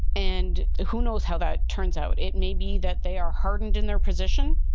and who knows how that turns out. it may be that they are hardened in their position.